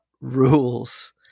rules